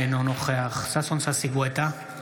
אינו נוכח ששון ששי גואטה,